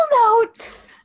notes